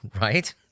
right